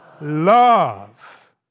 love